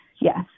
yes